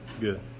Good